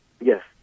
Yes